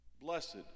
Blessed